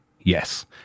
Yes